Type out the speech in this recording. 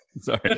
Sorry